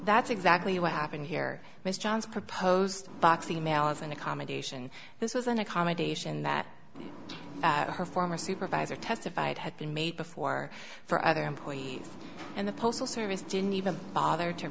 that's exactly what happened here miss johns proposed box email as an accommodation this was an accommodation that her former supervisor testified had been made before for other employees and the postal service didn't even bother to